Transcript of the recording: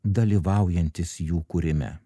dalyvaujantis jų kūrime